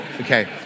Okay